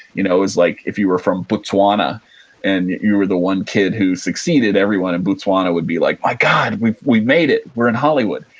you know it was like, if you were from botswana and you were the one kid who succeeded, everyone in botswana would be like, my god, we've we've made it. we're in hollywood.